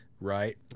Right